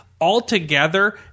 altogether